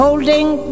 Holding